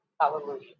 Hallelujah